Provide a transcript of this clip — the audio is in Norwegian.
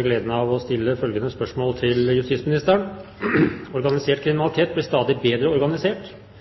gleden av å stille følgende spørsmål til justisministeren: «Organisert kriminalitet blir stadig bedre organisert, den øker i omfang, og den blir mer grenseoverskridende. For å